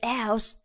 else